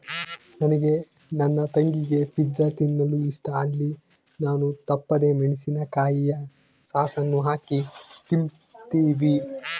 ನನಗೆ ನನ್ನ ತಂಗಿಗೆ ಪಿಜ್ಜಾ ತಿನ್ನಲು ಇಷ್ಟ, ಅಲ್ಲಿ ನಾವು ತಪ್ಪದೆ ಮೆಣಿಸಿನಕಾಯಿಯ ಸಾಸ್ ಅನ್ನು ಹಾಕಿ ತಿಂಬ್ತೀವಿ